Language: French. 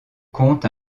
compte